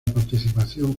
participación